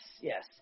yes